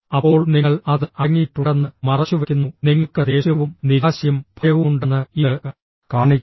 അപ്പോൾ നിങ്ങൾ അത് അടങ്ങിയിട്ടുണ്ടെന്ന് മറച്ചുവെക്കുന്നു നിങ്ങൾക്ക് ദേഷ്യവും നിരാശയും ഭയവുമുണ്ടെന്ന് ഇത് കാണിക്കും